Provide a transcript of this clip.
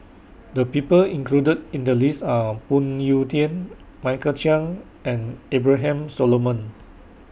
The People included in The list Are Phoon Yew Tien Michael Chiang and Abraham Solomon